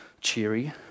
cheery